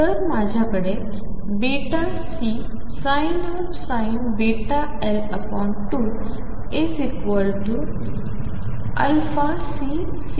तर माझ्याकडे βCsin βL2 αCcos βL2